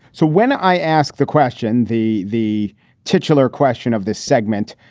so when i ask the question, the the titular question of this segment,